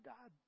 God